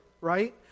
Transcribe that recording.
right